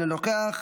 אינו נוכח,